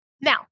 Now